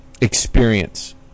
experience